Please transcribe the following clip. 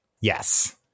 Yes